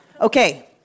Okay